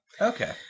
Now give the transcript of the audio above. Okay